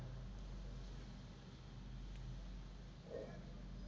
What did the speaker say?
pension ಸರ್ಟಿಫಿಕೇಟ್ಗೆ Jeevan Pramaan Android client software download ಆಗವಲ್ತು